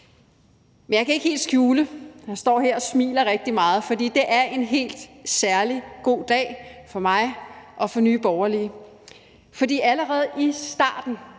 Men jeg kan ikke helt skjule det; jeg står her og smiler rigtig meget, fordi det er en helt særlig god dag for mig og for Nye Borgerlige, for allerede i starten